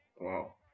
Wow